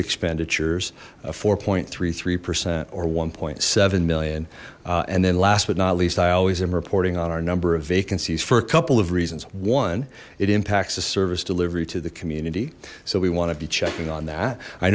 expenditures four three three percent or one seven million and then last but not least i always am reporting on our number of vacancies for a couple of reasons one it impacts the service delivery to the community so we want to be checking on that i